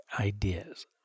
ideas